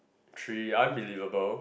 three unbelievable